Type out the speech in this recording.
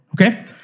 okay